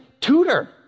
tutor